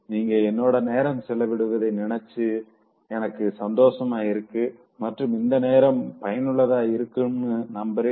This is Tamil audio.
நீங்க என்னோட நேரம் செலவிடுவதை நினைச்சு எனக்கு சந்தோசமா இருக்கு மற்றும் அந்த நேரம் நேரம் பயனுள்ளதா இருக்குனு நம்புரேன்